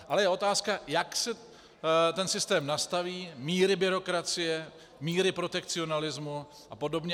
Ale je otázka, jak se ten systém nastaví, míry byrokracie, míry protekcionalismu apod.